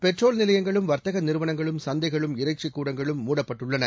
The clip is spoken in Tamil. பெட்ரோல் நிலையங்களும் வர்த்தக நிறுவனங்களும் சந்தைகளும் இறைச்சிக் கூடங்களும் மூடப்பட்டுள்ளன